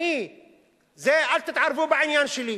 אל תתערבו בעניין שלי.